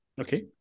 Okay